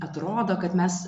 atrodo kad mes